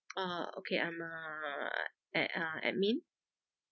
uh okay I'm a ad~ uh admin